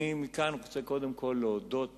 אני מכאן רוצה, קודם כול, להודות